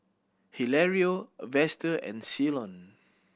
Hilario Vester and Ceylon